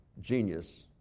genius